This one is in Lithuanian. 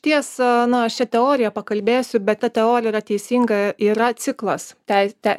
tiesa na aš čia teorija pakalbėsiu bet ta teorija yra teisinga yra ciklas te tei